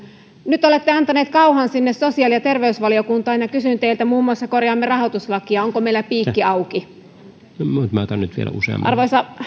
nyt olette antaneet kauhan sinne sosiaali ja terveysvaliokuntaan ja kysyn teiltä kun muun muassa korjaamme rahoituslakia onko meillä piikki auki arvoisa